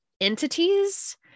entities